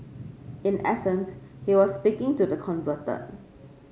in essence he was speaking to the converted